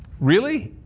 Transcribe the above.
really?